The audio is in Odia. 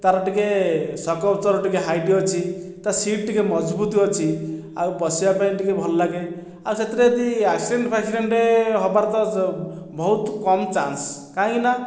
ତାର ଟିକେ ଶକ୍ ଆବଜର୍ବର୍ ଟିକେ ହାଇଟ୍ ଅଛି ତା ସିଟ୍ ଟିକେ ମଜବୁତ ଅଛି ଆଉ ବସିବା ପାଇଁ ଟିକେ ଭଲ ଲାଗେ ଆଉ ସେଥିରେ ଯଦି ଆକ୍ସିଡେଣ୍ଟ୍ ଫାକସିଡେଣ୍ଟେ୍ ହେବାର ତ ବହୁତ କମ ଚାନ୍ସ କାହିଁକି ନା